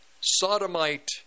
sodomite